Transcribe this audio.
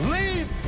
Leave